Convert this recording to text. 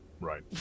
right